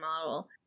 model